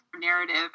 narrative